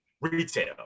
retail